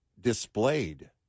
displayed